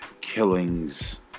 killings